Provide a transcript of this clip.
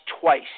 twice